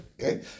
Okay